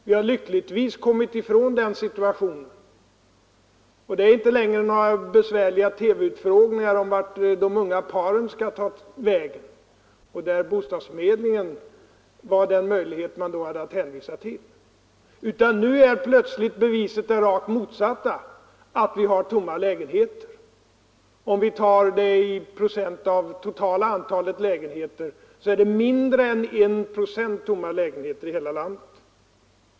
Vi har lyckligtvis kommit ifrån den situationen, 'och det förekommer inte längre några besvärliga TV-utfrågningar om vart de unga paren skall ta vägen. Då var bostadsförmedlingen den möjlighet man hade att hänvisa till. Nu anförs det rakt motsatta förhållandet som bevis, nämligen att det finns tomma lägenheter. Men de tomma lägenheterna utgör mindre än 1 procent av det totala antalet lägenheter i hela landet.